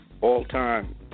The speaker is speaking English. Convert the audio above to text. All-time